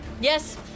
Yes